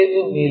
45 ಮಿ